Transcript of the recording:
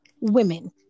women